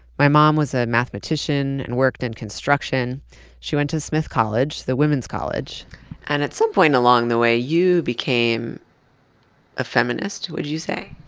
my mom was a mathematician and worked in construction she went to smith college, the women's college and at some point along the way you became a feminist, would you say?